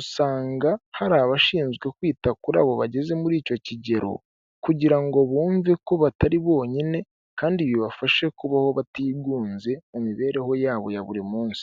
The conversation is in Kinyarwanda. usanga hari abashinzwe kwita kuri abo bageze muri icyo kigero, kugira ngo bumve ko batari bonyine kandi bibafashe kubaho batigunze mu mibereho yabo ya buri munsi.